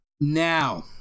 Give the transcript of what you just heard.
Now